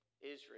Israel